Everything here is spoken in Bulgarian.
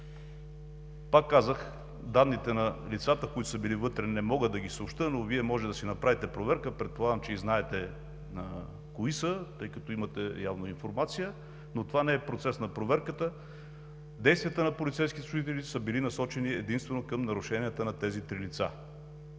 Пак казвам: данните на лицата, които са били вътре, не мога да ги съобщя, но Вие можете да си направите проверка. Предполагам, че знаете кои са, тъй като явно имате информация, но това не е процес на проверката. Действията на полицейските служители са били насочени единствено към нарушенията на тези три лица.